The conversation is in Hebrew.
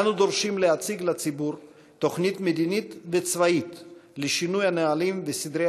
אנו דורשים להציג לציבור תוכנית מדינית וצבאית לשינוי הנהלים וסדרי